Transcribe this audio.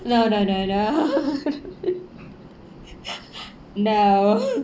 no no no no no